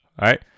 right